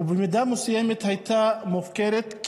ובמידה מסוימת הייתה מופקרת,